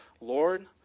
Lord